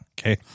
Okay